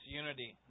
unity